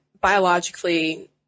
biologically